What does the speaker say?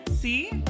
See